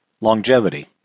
longevity